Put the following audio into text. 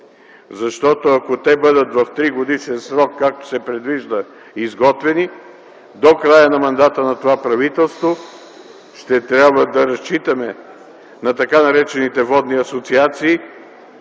Защото ако те бъдат изготвени в тригодишен срок, както се предвижда - до края на мандата на това правителство, ще трябва да разчитаме тъй наречените водни асоциации